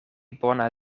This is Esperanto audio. bona